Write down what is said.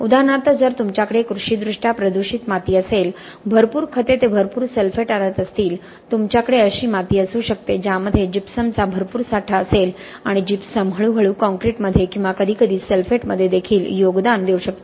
उदाहरणार्थ जर तुमच्याकडे कृषीदृष्ट्या प्रदूषित माती असेल भरपूर खते ते भरपूर सल्फेट आणत असतील तुमच्याकडे अशी माती असू शकते ज्यामध्ये जिप्समचा भरपूर साठा असेल आणि जिप्सम हळूहळू काँक्रीटमध्ये किंवा कधीकधी सल्फेटमध्ये देखील योगदान देऊ शकते